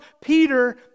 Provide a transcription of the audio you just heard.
Peter